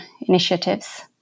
initiatives